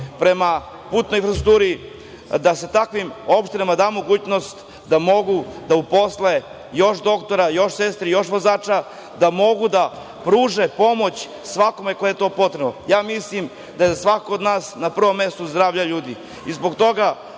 prema putnoj infrastrukturi, da se takvim opštinama da mogućnost da mogu da uposle još doktora, još sestri, još vozača, da mogu da pruže pomoć svakome kome je ona potrebna. Mislim da je svakome od nas na prvom mestu zdravlje ljudi.